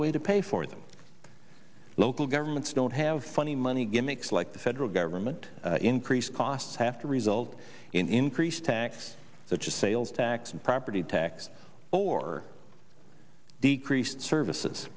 way to pay for it and local governments don't have funny money gimmicks like the federal government increased costs have to result in increased tax such a sales tax and property tax or decreased services